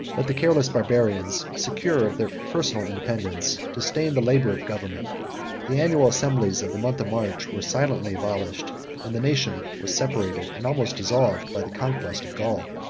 but the careless barbarians, secure of their personal independence, disdained the labor of government the annual assemblies of the month of march were silently abolished and the nation was separated, and almost dissolved, by the conquest of gaul.